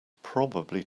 probably